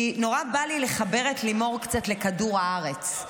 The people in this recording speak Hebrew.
נורא בא לי לחבר את לימור קצת לכדור הארץ.